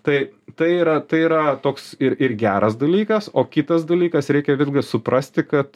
tai tai yra tai yra toks ir ir geras dalykas o kitas dalykas reikia visgi suprasti kad